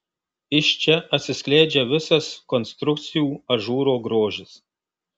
iš čia atsiskleidžia visas konstrukcijų ažūro grožis